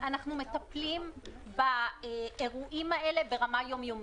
אנחנו מטפלים באירועים האלה ברמה יום-יומית.